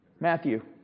Matthew